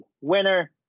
winner